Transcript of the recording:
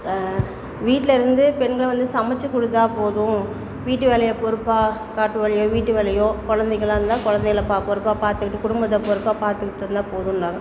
வீட்டிலேருந்து பெண்கள் வந்து சமைச்சி கொடுத்தா போதும் வீட்டு வேலையை பொறுப்பாக காட்டுவழியாக வீட்டு வேலையோ குழந்தைகளா இருந்தால் குழந்தைகள பா பொறுப்பாக பார்த்துக்கிட்டு குடும்பத்தை பொறுப்பாக பார்த்துக்கிட்ருந்தா போதுன்னாங்க